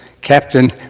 Captain